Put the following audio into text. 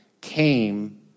came